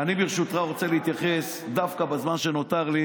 אני ברשותך רוצה להתייחס דווקא בזמן שנותר לי